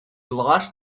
lost